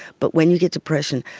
but when you get depression,